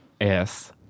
Yes